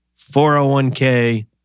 401k